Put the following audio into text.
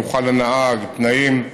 מנוחה לנהג, תנאים,